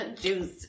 Juice